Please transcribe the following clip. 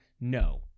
no